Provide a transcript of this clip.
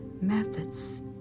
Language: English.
methods